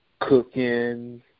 cooking